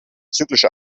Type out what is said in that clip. zyklische